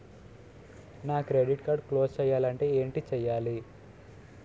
నా credit card close చేయాలంటే ఏంటి చేయాలి?